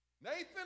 Nathan